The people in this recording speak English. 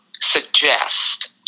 suggest